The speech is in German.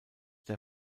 der